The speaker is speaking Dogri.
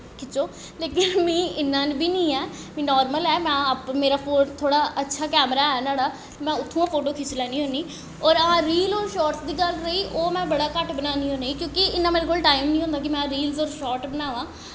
खिच्चो लेकिन मीं इन्ना बी नी ऐ नार्मल ऐ मेरा अच्छा फोन कैमरा ऐ नहाड़ा में उत्थुआं दा फोटो खिच्ची लैन्नी होन्नीं और हां रील्स उस शॉटस दी गल्ल रेही ओह् में बड़ा घट्ट बनानी होन्नी क्योंकि मेरे कोल इन्ना टाईम नी होंदा कि में रील्स और शॉटस बनवां